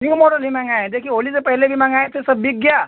new model नहीं मंगाये थे होली से पहले भी मंगाये थे सब बिक गया